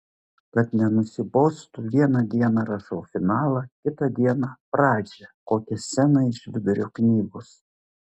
kad nenusibostų vieną dieną rašau finalą kitą dieną pradžią kokią sceną iš vidurio knygos